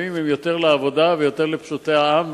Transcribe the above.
שקטנועים הם יותר לעבודה ויותר לפשוטי העם,